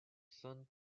sun